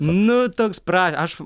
nu toks pra aš